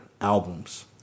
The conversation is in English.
albums